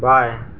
बाएं